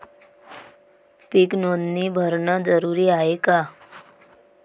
पीक नोंदनी भरनं जरूरी हाये का?